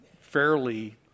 fairly